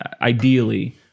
ideally